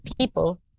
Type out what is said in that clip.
people